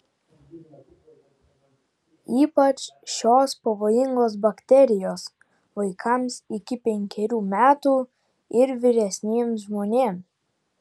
ypač šios pavojingos bakterijos vaikams iki penkerių metų ir vyresniems žmonėms